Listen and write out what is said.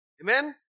Amen